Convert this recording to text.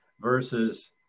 versus